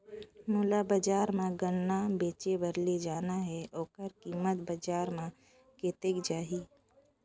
मोला बजार मां गन्ना बेचे बार ले जाना हे ओकर कीमत बजार मां कतेक जाही?